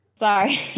sorry